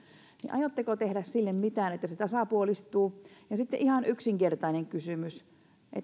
aiotteko tehdä mitään sille että se tasapuolistuu ja sitten ihan yksinkertainen kysymys